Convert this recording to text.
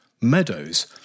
meadows